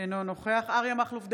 אינו נוכח אריה מכלוף דרעי,